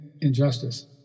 injustice